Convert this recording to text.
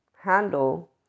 handle